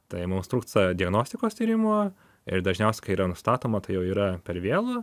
tai mums trūksta diagnostikos tyrimų ir dažniausiai kai yra nustatoma tai jau yra per vėlu